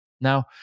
Now